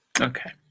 Okay